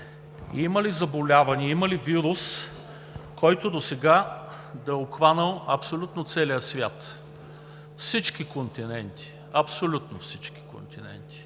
има ли заболяване, има ли вирус, който досега да е обхванал абсолютно целия свят, всички континенти, абсолютно всички континенти?